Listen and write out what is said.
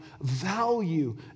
value